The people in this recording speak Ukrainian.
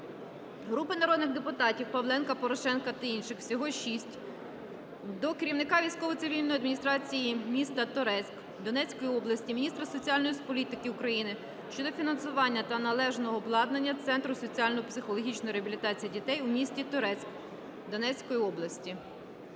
Групи народних депутатів (Павленка, Порошенка та інших. Всього 6 депутатів) до керівника військово-цивільної адміністрації міста Торецьк Донецької області, міністра соціальної політики України щодо фінансування та належного обладнання Центру соціально-психологічної реабілітації дітей у місті Торецьк Донецької області.